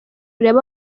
urebe